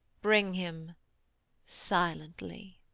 bring him silently.